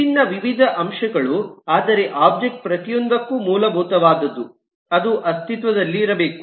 ವಿಭಿನ್ನ ವಿವಿಧ ಅಂಶಗಳು ಆದರೆ ಒಬ್ಜೆಕ್ಟ್ ಪ್ರತಿಯೊಂದಕ್ಕೂ ಮೂಲಭೂತವಾದದ್ದು ಅದು ಅಸ್ತಿತ್ವದಲ್ಲಿರಬೇಕು